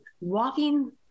walking